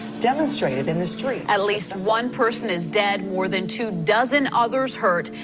demonstrated in the street at least one person is dead, more than two dozen others hurt,